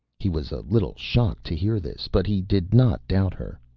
he was a little shocked to hear this, but he did not doubt her.